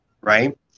Right